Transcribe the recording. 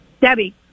Debbie